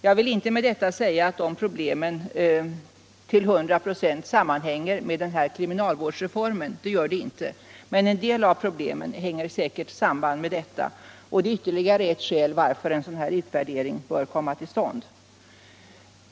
Jag vill inte med detta säga att dessa problem till 100 26 sammanhänger med kriminalvårdsreformen — så är det inte — men en del av dem har säkerligen samband med den, och det är ytterligare ett skäl till att en utvärdering bör komma till stånd.